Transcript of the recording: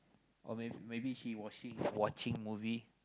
or may maybe she washing watching movie